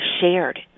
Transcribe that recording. shared